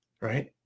right